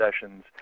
sessions